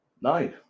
No